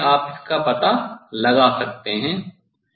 इस तरह से आप इसका पता लगा सकते हैं